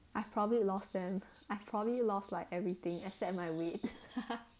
I've probably lost them I've probably like everything except my weight